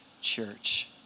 church